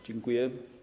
Dziękuję.